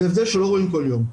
זה הבדל שלא רואים כל יום.